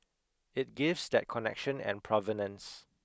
it gives that connection and provenance